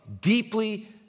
deeply